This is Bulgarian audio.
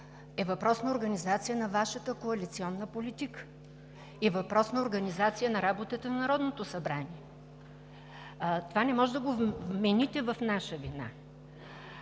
е въпрос на организация на Вашата коалиционна политика и въпрос на организация на работата на Народното събрание. Това не може да ни вмените като вина.